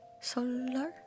Solar